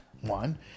one